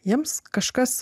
jiems kažkas